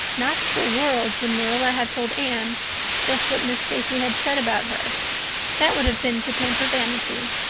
not for worlds would marilla have told anne just what miss stacy had said about her that would have been to pamper vanity.